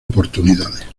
oportunidades